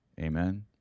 Amen